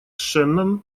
шеннон